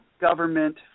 government